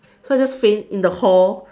so I just faint in the hall